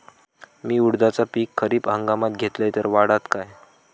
मी उडीदाचा पीक खरीप हंगामात घेतलय तर वाढात काय?